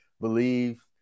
believe